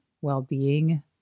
well-being